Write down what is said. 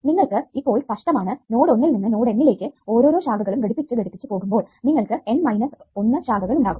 നിങ്ങൾക്ക് ഇപ്പോൾ സ്പഷ്ടമാണ് നോഡ് ഒന്നിൽ നിന്ന് നോഡ് N ലേക്ക് ഓരോരോ ശാഖകളും ഘടിപ്പിച്ചു ഘടിപ്പിച്ചു പോകുമ്പോൾ നിങ്ങൾക്ക് N മൈനസ് 1 ശാഖകൾ ഉണ്ടാകും